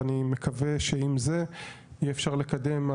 ואני מקווה שעם זה יהיה אפשר לקדם,